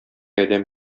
адәм